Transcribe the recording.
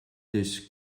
des